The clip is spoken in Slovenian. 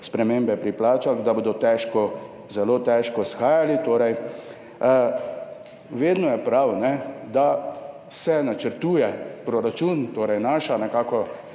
spremembe pri plačah, da bodo težko, zelo težko shajali. Vedno je prav, da se načrtuje proračun, torej naša